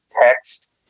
text